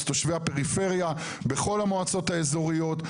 אלו תושבי הפריפריה בכל המועצות האזוריות,